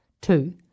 Two